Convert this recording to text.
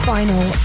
Final